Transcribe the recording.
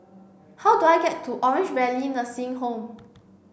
how do I get to Orange Valley Nursing Home